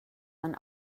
man